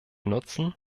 nutzen